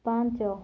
ପାଞ୍ଚ